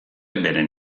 beren